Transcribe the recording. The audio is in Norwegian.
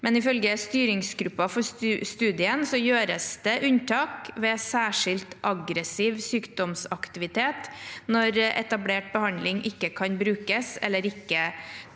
Men ifølge styringsgruppen for studien gjøres det unntak ved særskilt aggressiv sykdomsaktivitet når etablert behandling ikke kan brukes, eller ikke